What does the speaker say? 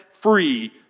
free